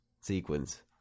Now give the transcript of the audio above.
sequence